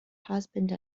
husband